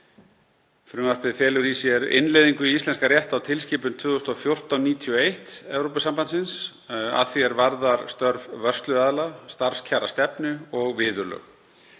Frumvarpið felur í sér innleiðingu í íslenskan rétt á tilskipun 2014/91/ESB að því er varðar störf vörsluaðila, starfskjarastefnu og viðurlög.